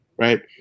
Right